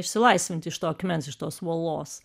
išsilaisvinti iš to akmens iš tos uolos